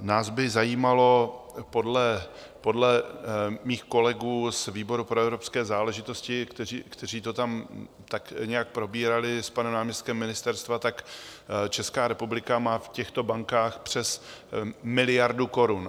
Nás by zajímalo podle mých kolegů z výboru pro evropské záležitosti, kteří to tam tak nějak probírali s panem náměstkem ministerstva, Česká republika má v těchto bankách přes miliardu korun.